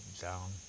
down